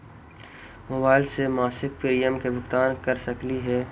Mobile से मासिक premium के भुगतान कर सकली हे?